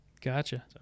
Gotcha